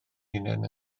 hunain